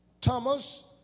Thomas